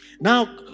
Now